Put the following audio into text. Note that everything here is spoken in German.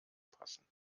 passen